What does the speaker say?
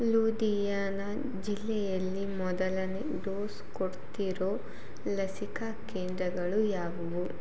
ಲುಧಿಯಾನ ಜಿಲ್ಲೆಯಲ್ಲಿ ಮೊದಲನೇ ಡೋಸ್ ಕೊಡ್ತಿರೊ ಲಸಿಕಾ ಕೇಂದ್ರಗಳು ಯಾವುವು